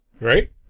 Right